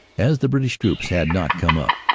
as the british troops had not come up.